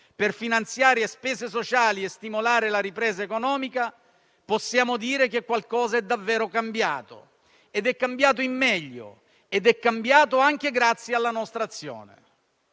per finanziare spese sociali e stimolare la ripresa economica, possiamo dire che qualcosa è davvero cambiato; ed è cambiato in meglio, anche grazie alla nostra azione.